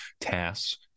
tasks